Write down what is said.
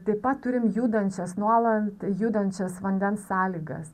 taip pat turim judančias nuolant judančias vandens sąlygas